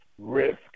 risk